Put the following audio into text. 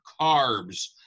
carbs